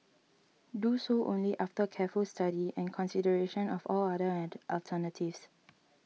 do so only after careful study and consideration of all other alternatives